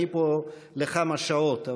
אני פה לכמה שעות,